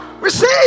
Receive